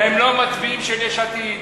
והם לא מצביעים של יש עתיד.